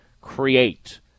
create